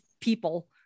people